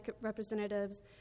representatives